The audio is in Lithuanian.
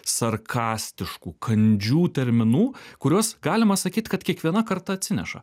sarkastiškų kandžių terminų kuriuos galima sakyt kad kiekviena karta atsineša